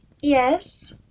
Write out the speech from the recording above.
Yes